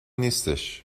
نیستش